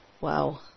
Wow